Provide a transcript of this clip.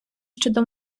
щодо